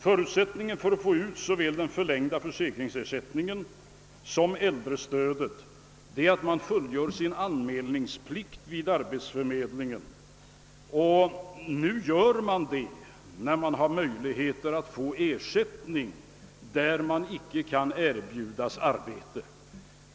Förutsättningen för att få ut såväl den förlängda försäkringsersättningen som äldrestödet är att anmälningsplikten vid arbetsförmedlingen fullgöres och det sker i mycket större utsträckning när man nu har möjligheter att få ersättning såvida man icke kan erbjudas arbete.